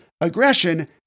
aggression